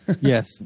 Yes